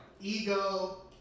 Ego